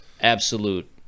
absolute